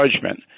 judgment